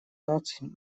наций